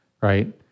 right